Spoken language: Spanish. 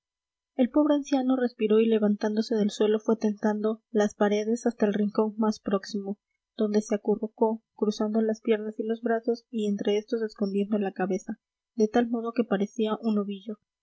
el pobre anciano respiró y levantándose del suelo fue tentando las paredes hasta el rincón más próximo donde se acurrucó cruzando las piernas y los brazos y entre estos escondiendo la cabeza de tal modo que parecía un ovillo